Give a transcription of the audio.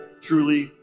truly